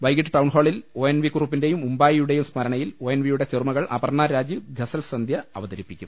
വൈകിട്ട് ടൌൺഹാളിൽ O N V കുറുപ്പിന്റെയും ഉമ്പായിയുടെയും സ് മരണയിൽ ഒ എൻ വിയുടെ ചെറുമകൾ അപർണ രാജീവ് ഗസൽസന്ധ്യ അവതരിപ്പിക്കും